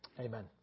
Amen